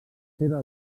seva